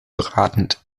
beratend